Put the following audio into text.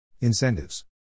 Incentives